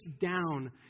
down